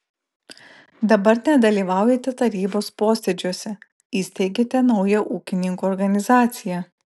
dabar nedalyvaujate tarybos posėdžiuose įsteigėte naują ūkininkų organizaciją